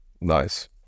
nice